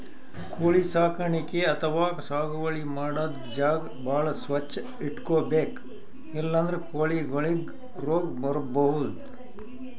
ಕೋಳಿ ಸಾಕಾಣಿಕೆ ಅಥವಾ ಸಾಗುವಳಿ ಮಾಡದ್ದ್ ಜಾಗ ಭಾಳ್ ಸ್ವಚ್ಚ್ ಇಟ್ಕೊಬೇಕ್ ಇಲ್ಲಂದ್ರ ಕೋಳಿಗೊಳಿಗ್ ರೋಗ್ ಬರ್ಬಹುದ್